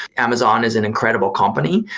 amazon is an incredible company,